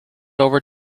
over